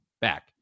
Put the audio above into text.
back